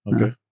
Okay